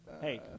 Hey